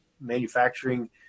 manufacturing